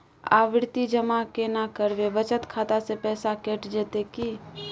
आवर्ति जमा केना करबे बचत खाता से पैसा कैट जेतै की?